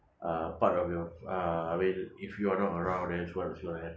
uh part of your uh when if you are not around then what is gonna happen